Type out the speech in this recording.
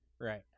Right